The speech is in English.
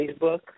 Facebook